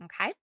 Okay